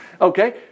Okay